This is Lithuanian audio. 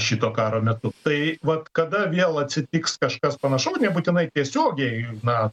šito karo metu tai vat kada vėl atsitiks kažkas panašau nebūtinai tiesiogiai na